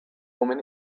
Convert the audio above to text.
woman